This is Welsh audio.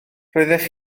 roeddech